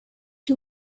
you